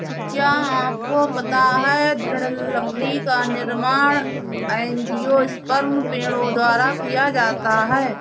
क्या आपको पता है दृढ़ लकड़ी का निर्माण एंजियोस्पर्म पेड़ों द्वारा किया जाता है?